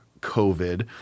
COVID